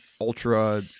ultra